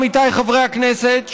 עמיתיי חברי הכנסת,